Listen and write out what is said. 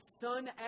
son